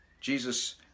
Jesus